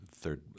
third